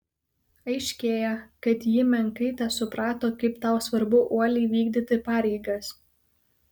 aiškėja kad ji menkai tesuprato kaip tau svarbu uoliai vykdyti pareigas